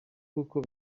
kuko